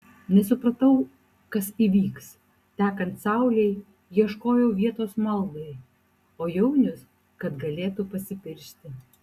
nesupratau kas įvyks tekant saulei ieškojau vietos maldai o jaunius kad galėtų pasipiršti